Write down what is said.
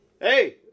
Hey